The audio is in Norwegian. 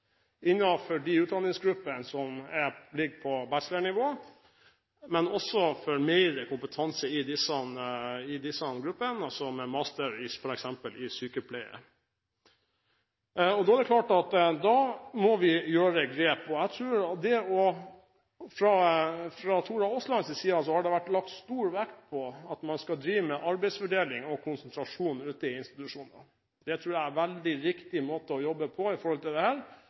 de utdanningsgruppene som ligger på bachelornivå, men også for mer kompetanse i gruppene med f.eks. master i sykepleie. Da er det klart at vi må ta grep. Fra Tora Aaslands side har det vært lagt stor vekt på at man skal drive med arbeidsfordeling og konsentrasjon ute i institusjonene. Det tror jeg er en veldig riktig måte å jobbe på i forhold til dette, men da er det også nødvendig at man her